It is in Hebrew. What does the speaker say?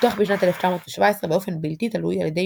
פותח בשנת 1917 באופן בלתי תלוי על ידי